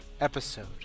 episode